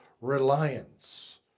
reliance